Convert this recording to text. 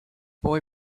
boy